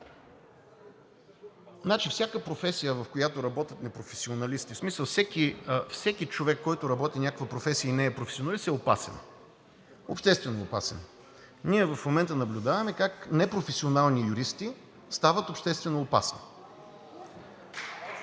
Всяка професия, в която работят непрофесионалисти, в смисъл, всеки човек, който работи някаква професия и не е професионалист, е опасен – обществено опасен. Ние в момента наблюдаваме как непрофесионални юристи стават обществено опасни.